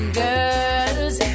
girls